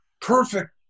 Perfect